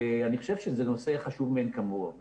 ואני חושב שזה נושא חשוב מאין כמוהו.